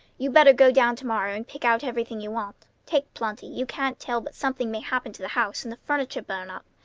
you better go down to-morrow and pick out everything you want. take plenty you can't tell but something may happen to the house, and the furniture burn up.